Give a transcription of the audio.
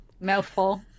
mouthful